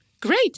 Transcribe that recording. Great